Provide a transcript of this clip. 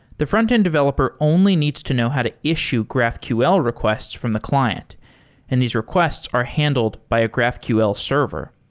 the frontend developer only needs to know how to issue graphql requests from the client and these requests are handled by a graphql server.